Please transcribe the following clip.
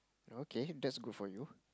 okay that's good for you